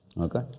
Okay